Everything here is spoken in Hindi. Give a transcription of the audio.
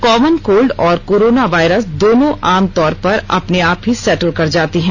कॉमन कोल्ड और कोरोना वायरस दोनों आम तौर पर अपने आप ही सैटल कर जाते हैं